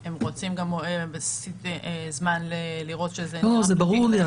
הם רוצים גם זמן לראות שזה --- זה ברור לי.